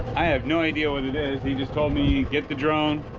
i have no idea what it is he just told me get the dron,